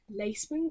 lacewing